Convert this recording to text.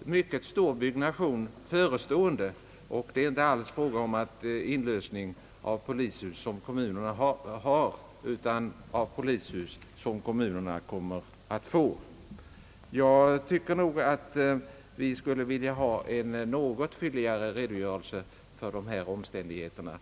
mycket stor byggnation är alltså förestående, och det är inte fråga om inlösen av polishus som kommunerna har, utan av polishus som kommunerna kommer att få. Vi skulle vilja ha en något fylligare redogörelse för dessa omständigheter.